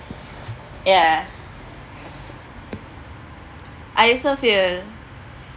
yeah I also feel